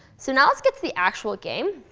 so now, let's get to the actual game.